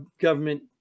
government